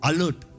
Alert